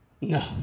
No